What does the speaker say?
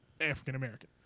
African-American